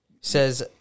Says